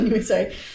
Sorry